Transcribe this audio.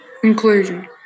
Conclusion